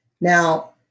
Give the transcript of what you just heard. Now